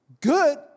Good